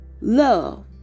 Love